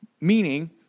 Meaning